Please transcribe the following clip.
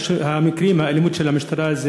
האלימות של המשטרה,